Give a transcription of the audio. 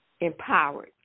empowered